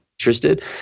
Interested